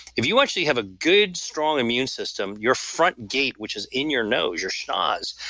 if you actually have a good strong immune system your front gate, which is in your nose, your schnoz,